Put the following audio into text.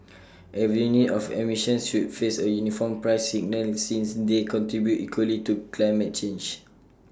every unit of emissions should face A uniform price signal since they contribute equally to climate change